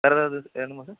வேறு ஏதாவது வேணுமா சார்